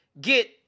get